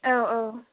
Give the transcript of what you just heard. औ औ